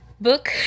book